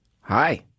Hi